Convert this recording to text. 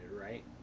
right